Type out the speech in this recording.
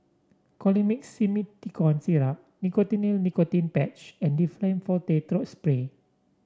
Colimix Simethicone Syrup Nicotinell Nicotine Patch and Difflam Forte Throat Spray